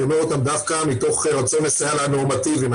אומר דווקא מתוך רצון לסייע לנורמטיביים,